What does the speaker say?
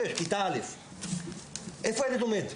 בכיתה א' בביטוח הלאומי היא איפה הילד לומד.